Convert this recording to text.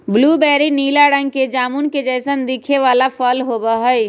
blueberry नीला रंग के जामुन के जैसन दिखे वाला फल होबा हई